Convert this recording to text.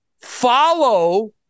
follow